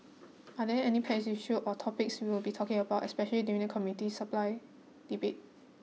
are there any pet issues or topics we will be talking about especially during the Committee Supply debate